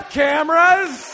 cameras